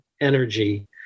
energy